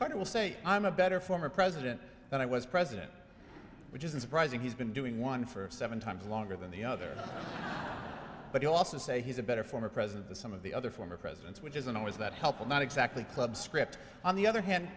carter will say i'm a better former president and i was president which isn't surprising he's been doing one for seven times longer than the other but you also say he's a better former president the some of the other former presidents which isn't always that helpful not exactly club script on the other hand